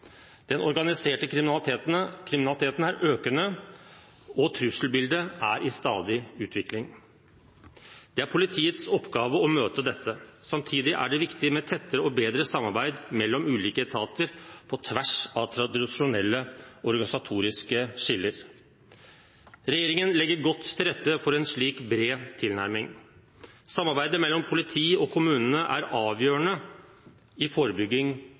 Den organiserte kriminaliteten er økende, og trusselbildet er i stadig utvikling. Det er politiets oppgave å møte dette. Samtidig er det viktig med tettere og bedre samarbeid mellom ulike etater, på tvers av tradisjonelle organisatoriske skiller. Regjeringen legger godt til rette for en slik bred tilnærming. Samarbeidet mellom politiet og kommunene er avgjørende i forebygging